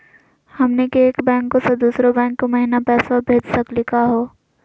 हमनी के एक बैंको स दुसरो बैंको महिना पैसवा भेज सकली का हो?